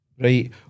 right